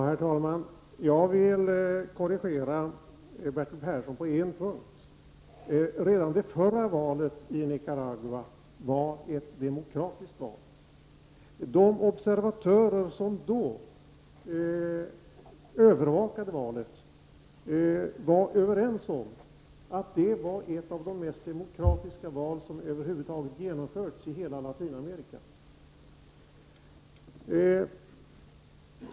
Herr talman! Låt mig korrigera Bertil Persson på en punkt. Redan det förra valet i Nicaragua var ett demokratiskt val. De observatörer som då övervakade valet var överens om att det var ett av de mest demokratiska val som över huvud taget genomförts i hela Latinamerika.